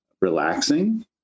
relaxing